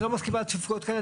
אני לא מסכימה לתפוקות כאלה,